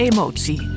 Emotie